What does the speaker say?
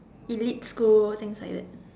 elite school things like that